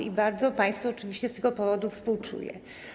I bardzo państwu oczywiście z tego powodu współczuję.